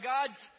God's